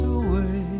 away